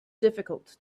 difficult